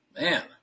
Man